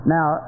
Now